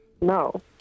No